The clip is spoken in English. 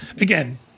Again